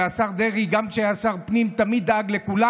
השר דרעי, כשהיה שר הפנים, תמיד דאג לכולם.